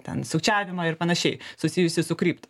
ten sukčiavimą ir panašiai susijusį su krypto